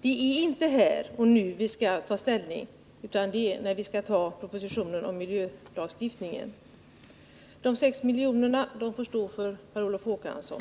det är inte här och nu vi skall ta ställning, utan det är när vi behandlar propositionen om miljölagstiftningen. De 6 miljonerna får stå för Per Olof Håkansson.